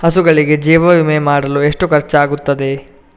ಹಸುಗಳಿಗೆ ಜೀವ ವಿಮೆ ಮಾಡಲು ಎಷ್ಟು ಖರ್ಚಾಗುತ್ತದೆ?